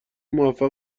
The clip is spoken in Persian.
موفق